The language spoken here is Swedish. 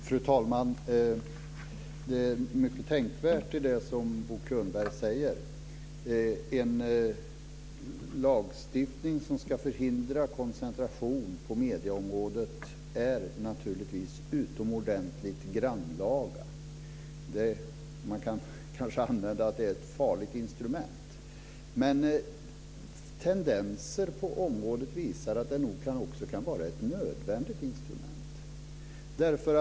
Fru talman! Det finns mycket tänkvärt i det Bo Könberg säger. En lagstiftning som ska förhindra koncentration på medieområdet är naturligtvis utomordentligt grannlaga. Man kan kanske säga att det är ett farligt instrument. Men tendenser på området visar att det också kan vara ett nödvändigt instrument.